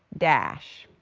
dash.